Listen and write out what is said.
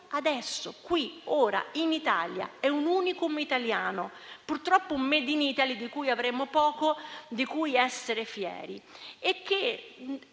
adesso qui ora in Italia. È un *unicum* italiano, purtroppo un *made in Italy* di cui avremo poco di essere fieri.